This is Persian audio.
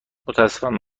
متاسفم